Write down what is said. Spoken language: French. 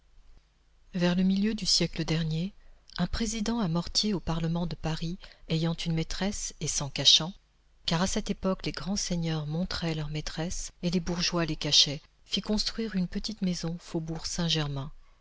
vers le milieu du siècle dernier un président à mortier au parlement de paris ayant une maîtresse et s'en cachant car à cette époque les grands seigneurs montraient leurs maîtresses et les bourgeois les cachaient fit construire une petite maison faubourg saint-germain